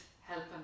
helping